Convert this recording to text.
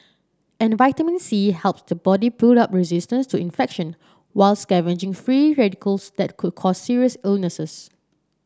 and vitamin C helps the body build up resistance to infection while scavenging free radicals that could cause serious illnesses